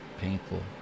painful